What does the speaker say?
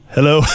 Hello